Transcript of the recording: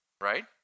right